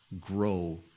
grow